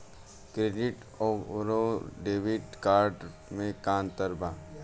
Credit अउरो debit card मे का अन्तर बा?